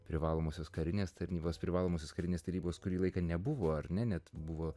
privalomosios karinės tarnybos privalomosios karinės tarybos kurį laiką nebuvo ar ne net buvo